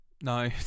no